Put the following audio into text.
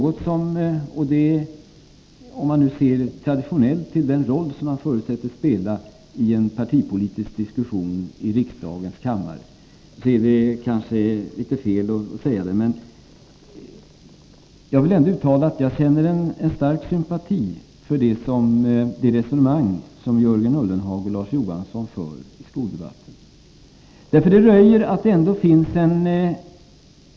Om man nu ser traditionellt till den roll som var och en förutsätts spela i en partipolitisk diskussion i riksdagens kammare, är det kanske litet fel att säga detta, men jag vill ändå uttala att jag känner stark sympati för de resonemang Jörgen Ullenhag och Larz Johansson för i skoldebatten.